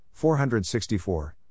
464